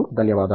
ధన్యవాదాలు